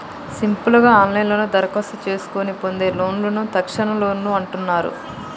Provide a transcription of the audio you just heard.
simple గా ఆన్లైన్లోనే దరఖాస్తు చేసుకొని పొందే లోన్లను తక్షణలోన్లు అంటున్నరు